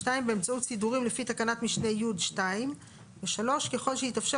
(2)באמצעות סידורים לפי תקנת משנה (י)(2); (3)ככל שיתאפשר